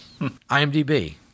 IMDb